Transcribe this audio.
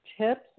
tips